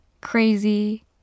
crazy